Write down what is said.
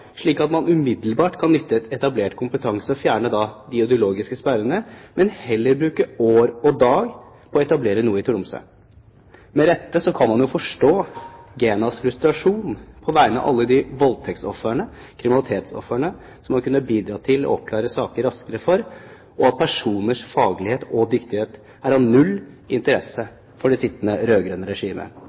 slik at man umiddelbart kan nytte etablert kompetanse og fjerne de ideologiske sperrene, men bruker heller år og dag på å etablere noe i Tromsø. Med rette kan man forstå GENAs frustrasjon på vegne av alle de voldtekts- og kriminalitetsofrene man kunne ha bidratt til å oppklare saker raskere for, og når en ser at personers faglighet og dyktighet er av null interesse for det sittende rød-grønne regimet.